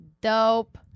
Dope